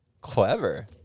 Clever